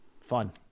fun